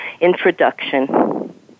introduction